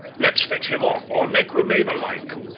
let's fetch him off, or make remain alike.